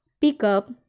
pickup